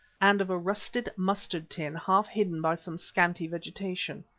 and of a rusted mustard tin half-hidden by some scanty vegetation.